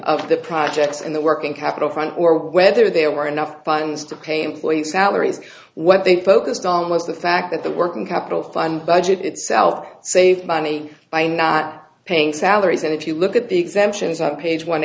of the projects in the working capital fund or whether there were enough funds to pay employees salaries what they focused almost the fact that the working capital fund budget itself saved money by not paying salaries and if you look at the exemptions on page one